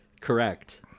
Correct